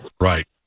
right